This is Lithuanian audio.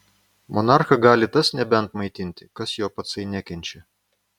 monarchą gali tas nebent maitinti kas jo patsai nekenčia